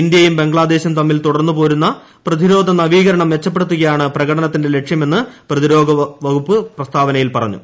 ഇന്ത്യയും ബംഗ്ലാദേശും തമ്മിൽ തുടർന്നു പോരുന്ന പ്രതിരോധ നവീകരണം മെച്ചപ്പെടുത്തുകയാണ് പ്രകടനത്തിന്റെ ലക്ഷ്യമെന്ന് പ്രതിരോധ വകുപ്പ് പ്രസ്താവനയിൽ പറഞ്ഞു